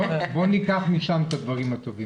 בואו ניקח משם את הדברים הטובים.